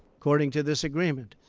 according to this agreement.